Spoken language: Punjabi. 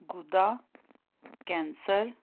ਗੁਰਦਾ ਕੈਸਰ